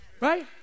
right